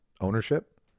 ownership